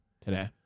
today